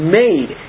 made